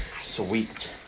Sweet